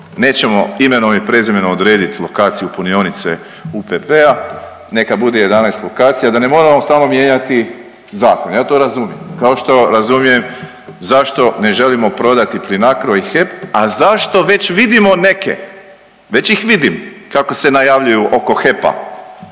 nećemo imenom i prezimenom odredit lokaciju punionice UPP-a, neka bude 11 lokacija da ne moramo stalno mijenjati zakon. Ja to razumijem, kao što razumijem zašto ne želimo prodati Plinacro i HEP, a zašto već vidimo neke, već ih vidim kako se najavljuju oko HEP-a,